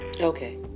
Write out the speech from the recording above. Okay